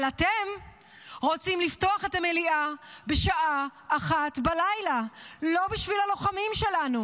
אבל אתם רוצים לפתוח את המליאה בשעה 01:00 לא בשביל הלוחמים שלנו,